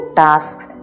tasks